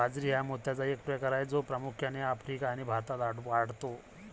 बाजरी हा मोत्याचा एक प्रकार आहे जो प्रामुख्याने आफ्रिका आणि भारतात वाढतो